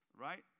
right